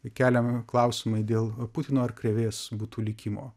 keliami klausimai dėl putino ar krėvės būtų likimo